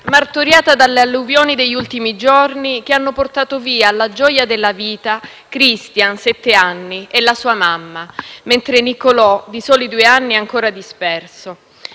martoriata dalle alluvioni degli ultimi giorni che hanno portato via alla gioia della vita Cristian, sette anni, e la sua mamma, mentre Nicolò, di soli due anni, è ancora disperso.